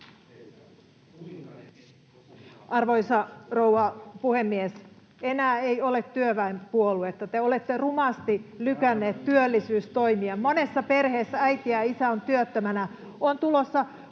Arvoisa rouva puhemies! Enää ei ole työväenpuoluetta. Te olette rumasti lykänneet työllisyystoimia. Monessa perheessä äiti ja isä ovat työttöminä, on tulossa